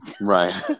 Right